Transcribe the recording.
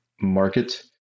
market